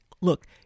look